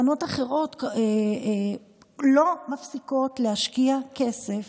קרנות אחרות, לא מפסיקות להשקיע כסף